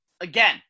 again